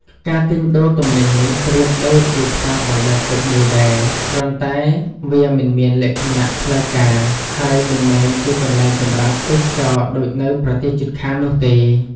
ការទិញដូរទំនិញនេះប្រៀបដូចជាផ្សារបណ្ដែតទឹកមួយដែរ គ្រាន់តែវាមិនមានលក្ខណៈផ្លូវការ ហើយមិនមែនជាកន្លែងសម្រាប់ទេសចរណ៍ដូចនៅប្រទេសជិតខាងនោះទេ។